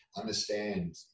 understand